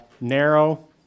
narrow